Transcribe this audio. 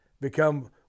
Become